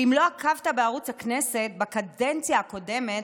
אם לא עקבת בערוץ הכנסת בקדנציה הקודמת,